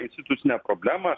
institucinę problemą